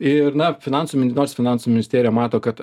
ir na finansų mi nors finansų ministerija mato kad